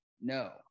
No